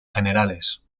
generales